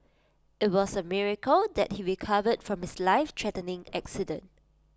IT was A miracle that he recovered from his lifethreatening accident